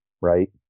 right